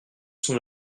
son